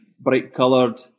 bright-coloured